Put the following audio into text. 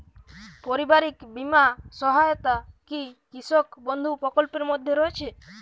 পারিবারিক বীমা সহায়তা কি কৃষক বন্ধু প্রকল্পের মধ্যে রয়েছে?